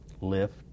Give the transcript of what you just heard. lift